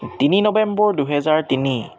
তিনি নৱেম্বৰ দুহেজাৰ তিনি